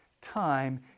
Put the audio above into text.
time